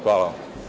Hvala.